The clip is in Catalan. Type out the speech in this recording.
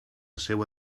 seua